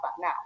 now